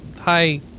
hi